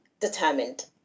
determined